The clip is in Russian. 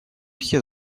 все